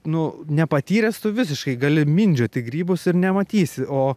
nu nepatyręs tu visiškai gali mindžioti grybus ir nematysi o